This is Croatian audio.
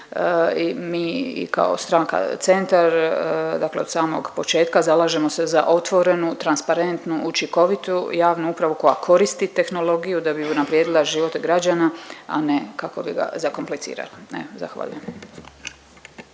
i kao Stranka Centar dakle od samog početka zalažemo se za otvorenu, transparentnu, učinkovitu javnu upravu koja koristi tehnologiju da bi unaprijedila život građana, a ne kako bi ga zakomplicirala, evo zahvaljujem.